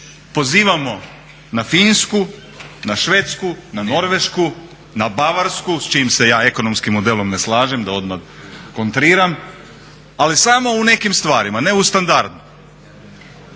pozivamo na Finsku, na Švedsku, na Norvešku, na Bavarsku s čijim se ja ekonomskim modelom ne slažem da odmah kontriram, ali samo u nekim stvarima, ne u standardu.